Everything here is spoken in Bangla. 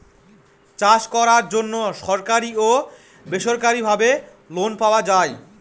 চাষ করার জন্য সরকারি ও বেসরকারি ভাবে লোন পাওয়া যায়